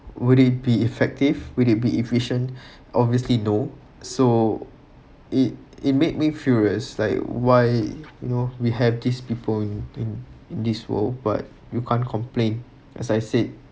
would it be effective will it be efficient obviously no so it it made me furious like why you know we have these people in this world but you can't complain as I said